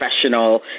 professional